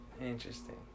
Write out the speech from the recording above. Interesting